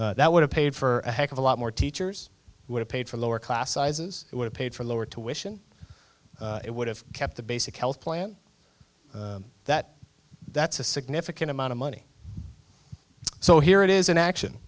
budget that would have paid for a heck of a lot more teachers would have paid for lower class sizes it would have paid for lower tuition it would have kept the basic health plan that that's a significant amount of money so here it is an action